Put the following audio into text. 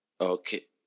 Okay